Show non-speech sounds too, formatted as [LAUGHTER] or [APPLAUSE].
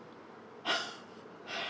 [NOISE]